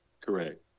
correct